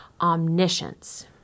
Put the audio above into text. Omniscience